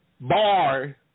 Bar